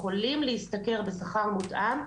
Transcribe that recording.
יכולים להשתכר בשכר מותאם,